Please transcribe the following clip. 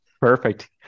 Perfect